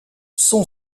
son